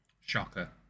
Shocker